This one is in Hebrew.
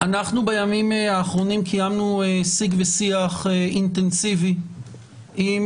בימים האחרונים קיימנו שיח אינטנסיבי עם